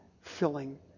filling